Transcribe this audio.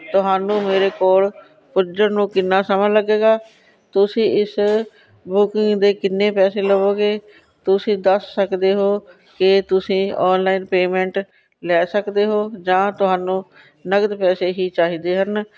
ਤੁਹਾਨੂੰ ਮੇਰੇ ਕੋਲ ਪੁੱਜਣ ਨੂੰ ਕਿੰਨਾ ਸਮਾਂ ਲੱਗੇਗਾ ਤੁਸੀਂ ਇਸ ਬੁਕਿੰਗ ਦੇ ਕਿੰਨੇ ਪੈਸੇ ਲਵੋਗੇ ਤੁਸੀਂ ਦੱਸ ਸਕਦੇ ਹੋ ਕਿ ਤੁਸੀਂ ਔਨਲਾਈਨ ਪੇਮੈਂਟ ਲੈ ਸਕਦੇ ਹੋ ਜਾਂ ਤੁਹਾਨੂੰ ਨਕਦ ਪੈਸੇ ਹੀ ਚਾਹੀਦੇ ਹਨ